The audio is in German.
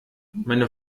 meine